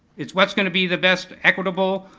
it's what's gonna be the best equitable